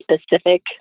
specific